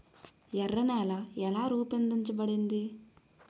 ఎర్ర నేల ఎలా రూపొందించబడింది?